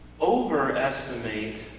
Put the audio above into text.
overestimate